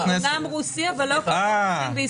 הוא אומנם רוסי, אבל לא כל הרוסים בישראל ביתנו.